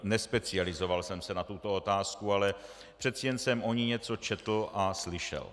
Nespecializoval jsem se na tuto otázku, ale přece jen jsem o ní něco četl a slyšel.